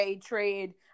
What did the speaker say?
trade